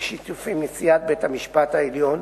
בשיתוף עם נשיאת בית-המשפט העליון,